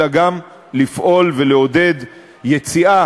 אלא גם לפעול ולעודד יציאה